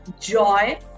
joy